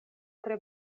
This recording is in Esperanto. tre